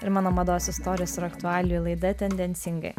ir mano mados istorijos ir aktualijų laida tendencingai